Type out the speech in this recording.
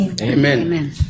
Amen